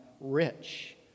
rich